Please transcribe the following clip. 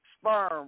sperm